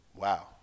Wow